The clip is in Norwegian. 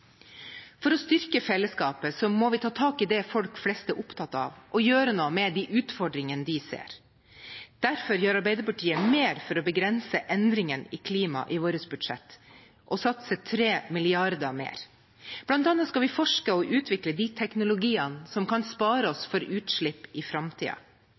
For å styrke fellesskapet må vi tak i det folk flest er opptatt av, og gjøre noe med de utfordringene de ser. Derfor gjør Arbeiderpartiet mer for å begrense endringene i klimaet i sitt budsjett og satser 3 mrd. kr mer. Blant annet skal vi forske på og utvikle de teknologiene som kan spare oss for utslipp i